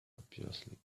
obviously